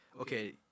okay